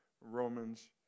Romans